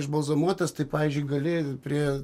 išbalzamuotas tai pavyzdžiui gali prie